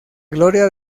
gloria